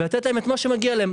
ולתת להם את מה שמגיע להם,